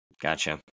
Gotcha